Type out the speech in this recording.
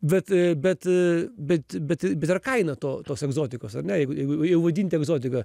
bet bet bet bet bet yra kaina to tos egzotikos ar ne jeigu jeigu jau vadinti egzotika